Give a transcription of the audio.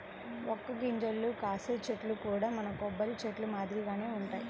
వక్క గింజలు కాసే చెట్లు కూడా మన కొబ్బరి చెట్లు మాదిరిగానే వుంటయ్యి